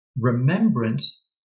remembrance